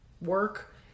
work